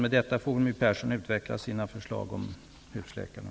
Efter detta får väl My Persson utveckla sina förslag beträffande husläkarna.